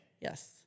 Yes